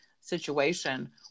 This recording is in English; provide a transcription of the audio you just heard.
situation